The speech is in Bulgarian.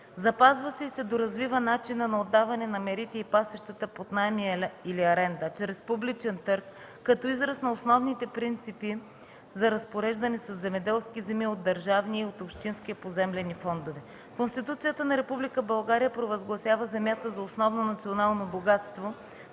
Запазва се и се доразвива начинът на отдаване на мерите и пасищата под наем или аренда чрез публичен търг, като израз на основните принципи за разпореждане със земеделски земи от държавни и от общински поземлени фондове. Конституцията на Република България провъзгласява земята за основно национално богатство,